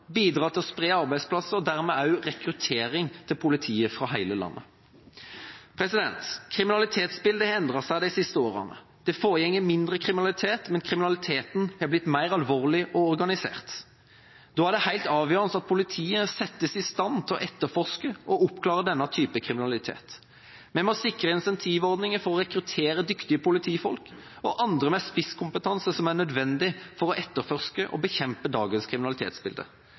bidrar til å spre arbeidsplasser og dermed også sikrer rekruttering til politiet fra hele landet. Kriminalitetsbildet har endret seg de siste årene. Det foregår mindre kriminalitet, men kriminaliteten har blitt mer alvorlig og organisert. Da er det helt avgjørende at politiet settes i stand til å etterforske og oppklare denne typen kriminalitet. Vi må sikre incentivordninger for å rekruttere dyktige politifolk og andre med spisskompetanse som er nødvendig for å etterforske og bekjempe dagens kriminalitetsbilde.